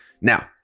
Now